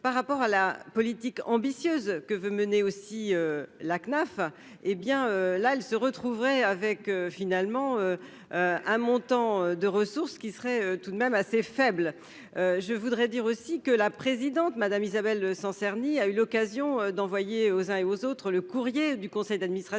par rapport à la politique ambitieuse que veut mener aussi la CNAF, hé bien, là, elle se retrouverait avec finalement un montant de ressources, ce qui serait tout de même assez faible, je voudrais dire aussi que la présidente, madame, Isabelle Sancerni a eu l'occasion d'envoyer aux uns et aux autres, le courrier du conseil d'administration